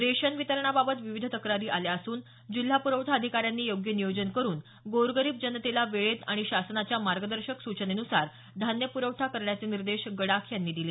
ration वितरणाबात विविध तक्रारी आल्या असून जिल्हा पुरवठा अधिकाऱ्यांनी योग्य नियोजन करून गोर गरीब जनतेला वेळेत आणि शासनाच्या मार्गदर्शक सूचनेन्सार धान्य पुरवठा करण्याचे निर्देश गडाख यांनी दिले